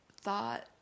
thought